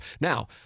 Now